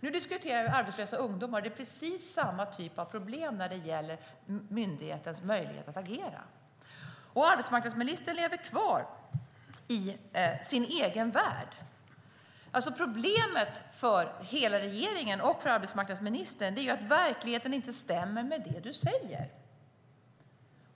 Nu diskuterar vi arbetslösa ungdomar. Det är precis samma typ av problem när det gäller myndighetens möjligheter att agera. Arbetsmarknadsministern lever kvar i sin egen värld. Problemet för hela regeringen och för arbetsmarknadsministern är att verkligheten inte stämmer med det du säger.